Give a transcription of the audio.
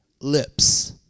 lips